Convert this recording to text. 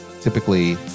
typically